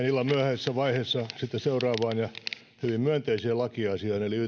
illan myöhäisessä vaiheessa sitten seuraavaan ja hyvin myönteiseen lakiasiaan eli